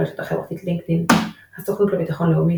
ברשת החברתית LinkedIn הסוכנות לביטחון לאומי,